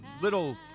little